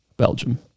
Belgium